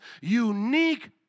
unique